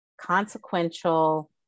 consequential